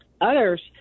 others